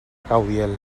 caudiel